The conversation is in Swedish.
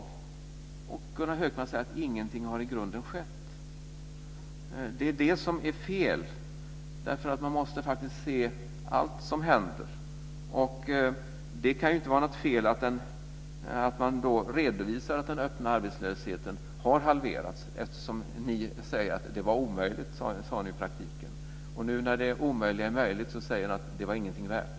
Och Gunnar Hökmark säger att ingenting har i grunden skett. Det är det som är fel. Man måste faktiskt se allt som händer. Det kan ju inte vara något fel att man då redovisar att den öppna arbetslösheten har halverats, eftersom ni sade att det i praktiken var omöjligt. Nu när det omöjliga är möjligt säger ni att det är ingenting värt.